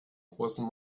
großen